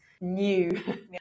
new